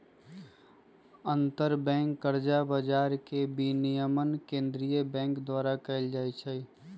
अंतरबैंक कर्जा बजार के विनियमन केंद्रीय बैंक द्वारा कएल जाइ छइ